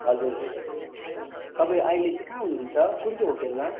हजुर तपाईँ अहिले चाहिँ कहाँ हुनु हुन्छ कुन चाहिँ होटेलमा